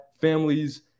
families